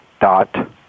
dot